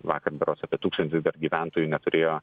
vakar berods apie tūkstantį gyventojų neturėjo